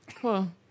cool